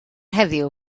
heddiw